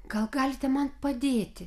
gal galite man padėti